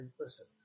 listen